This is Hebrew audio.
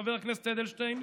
חבר הכנסת אדלשטיין,